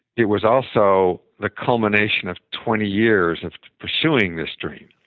it was also the culmination of twenty years of pursuing this dream.